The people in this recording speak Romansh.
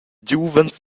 giuvens